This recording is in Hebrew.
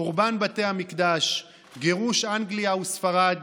חורבן בתי המקדש, גירוש אנגליה וספרד